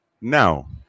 Now